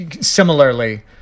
similarly